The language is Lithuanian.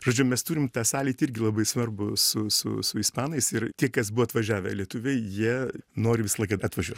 žodžiu mes turim tą sąlytį irgi labai svarbų su su su ispanais ir tie kas buvo atvažiavę lietuviai jie nori visą laiką atvažiuot